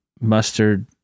mustard